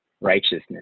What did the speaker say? righteousness